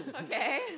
Okay